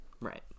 Right